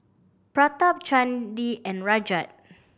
Pratap Chandi and Rajat